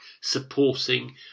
supporting